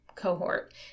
Cohort